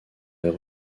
est